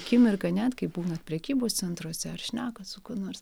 kimirką net kai būnat prekybos centruose ar šnekat su kuo nors